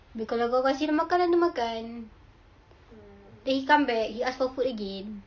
dia kalau kau kasih dia makan then dia makan then he come back he ask for food again